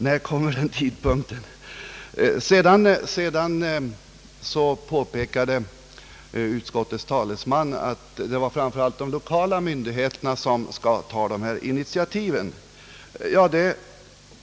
När kommer den tidpunkten? Sedan påpekar utskottets talesman att det framför allt var de lokala myndigheterna som skulle ta dessa initiativ.